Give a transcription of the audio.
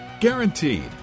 Guaranteed